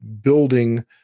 building